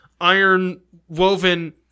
iron-woven